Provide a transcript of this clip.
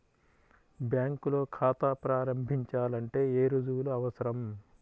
బ్యాంకులో ఖాతా ప్రారంభించాలంటే ఏ రుజువులు అవసరం?